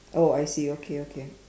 oh I see okay okay